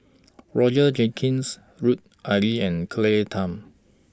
Roger Jenkins Lut Ali and Claire Tham